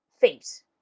feet